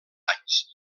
anys